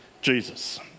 Jesus